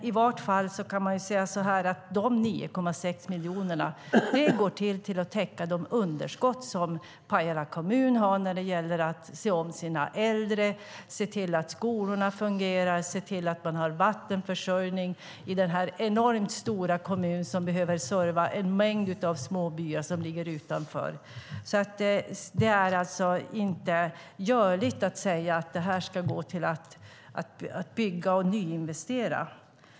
I varje fall kan man säga att dessa 9,6 miljoner går till att täcka de underskott som Pajala kommun har när det gäller att se om sina äldre, se till att skolorna fungerar och se till att man har vattenförsörjning i den enormt stora kommun som behöver serva en mängd små byar som ligger i utkanten. Det är alltså inte görligt att säga att detta ska gå till att bygga och nyinvestera.